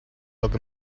look